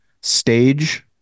stage